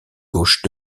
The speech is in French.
gauche